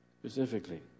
Specifically